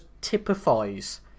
typifies